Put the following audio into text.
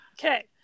okay